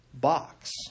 box